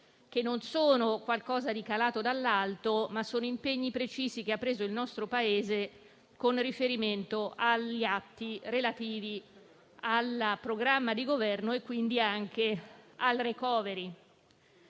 che non sono calate dall'alto, ma sono impegni precisi che ha assunto il nostro Paese con riferimento agli atti relativi al programma di Governo e quindi anche al *recovery*